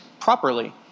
properly